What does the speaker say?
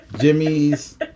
Jimmy's